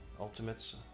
Ultimates